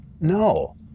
No